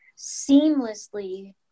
seamlessly